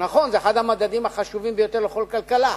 נכון, זה אחד המדדים החשובים ביותר לכל כלכלה.